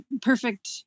perfect